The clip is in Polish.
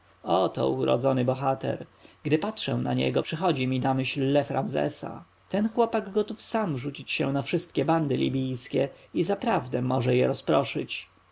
oto urodzony bohater gdy patrzę na niego przychodzi mi na myśl lew ramzesa ten chłopak gotów sam rzucić się na wszystkie bandy libijskie i zaprawdę może je rozproszyć